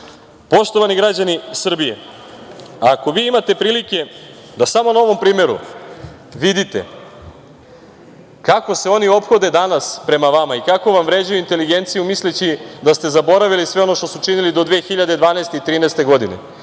odgovara. Poštovani građani Srbije, ako vi imate prilike da samo na ovom primeru vidite kako se oni ophode danas prema vama i kako vam vređaju inteligenciju misleći da ste zaboravili sve ono što su činili do 2012. i 2013. godine